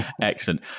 Excellent